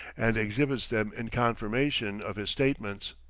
and exhibits them in confirmation of his statements.